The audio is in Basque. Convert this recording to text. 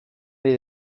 ari